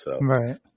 right